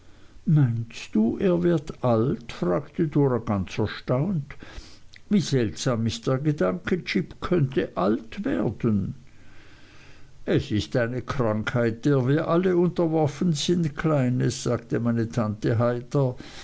meinst du er wird alt fragte dora ganz erstaunt wie seltsam ist der gedanke jip könnte alt werden es ist eine krankheit der wir alle unterworfen sind kleines sagte meine tante heiter